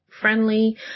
friendly